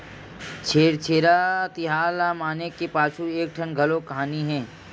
छेरछेरा तिहार ल मनाए के पाछू म एकठन घलोक कहानी हे